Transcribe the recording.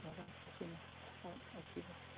ꯃꯔꯝ ꯑꯁꯤꯅ ꯏꯁꯄꯣꯔꯠ ꯑꯁꯤꯕꯨ